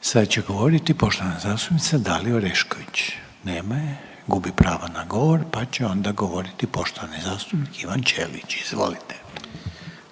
Sada će govoriti poštovana zastupnica Dalija Orešković. Nema je, gubi pravo na govor, pa će onda govoriti poštovani zastupnik Ivan Ćelić. Izvolite. **Ćelić, Ivan